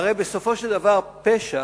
הרי בסופו של דבר פשע